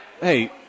Hey